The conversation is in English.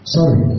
Sorry